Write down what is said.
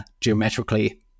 geometrically